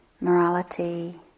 morality